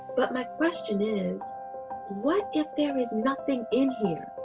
but my question is what if there is nothing in here?